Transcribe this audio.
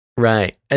Right